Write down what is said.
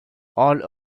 all